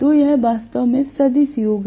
तो यह वास्तव में सदिश योग है